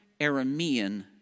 Aramean